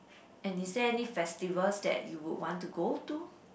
and is there any festivals that you would want to go to